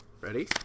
Ready